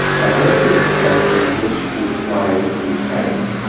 my guess is that the risk would apply the same.